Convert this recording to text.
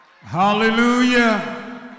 Hallelujah